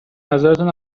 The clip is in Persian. نظرتون